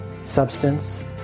substance